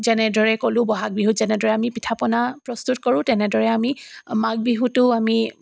যেনেদৰে ক'লোঁ বহাগ বিহুত যেনেদৰে আমি পিঠাপনা প্ৰস্তুত কৰোঁ তেনেদৰে আমি মাঘ বিহুতো আমি